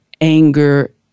anger